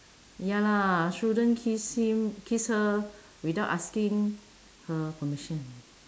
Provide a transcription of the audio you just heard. ya lah shouldn't kiss him kiss her without asking her permission